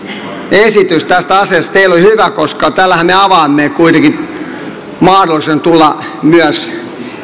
esitys tästä asiasta ei ole hyvä koska tällähän me avaamme kuitenkin mahdollisuuden myös